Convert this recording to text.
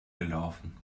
gelaufen